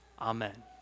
amen